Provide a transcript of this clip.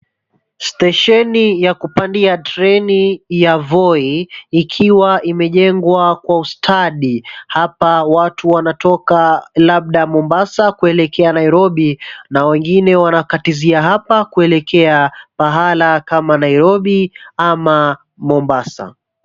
Stesheni ya kupandia treini ya Voi ikiwa imejengwa kwa ustadi, hapa watu wanatoka labda Mombasa kuelekea Nairobi na wengine wanakatizia hapa kuelekea mahala kama Nairobi ama Mombasa.